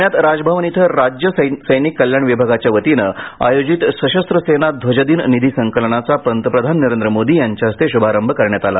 प्ण्यात राजभवन इथं राज्य सैनिक कल्याण विभागाच्या वतीने आयोजित सशस्त्र सेना ध्वजदिन निधी संकलनाचा प्रधानमंत्री नरेंद्र मोदी त्यांच्या हस्ते शुभारभ करण्यात आला